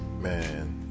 man